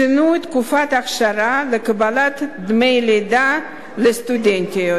שינוי תקופת אכשרה לקבלת דמי לידה לסטודנטיות,